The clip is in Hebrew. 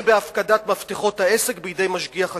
ובהפקדת מפתחות בית-העסק בידי משגיח הכשרות.